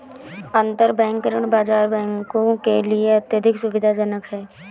अंतरबैंक ऋण बाजार बैंकों के लिए अत्यंत सुविधाजनक है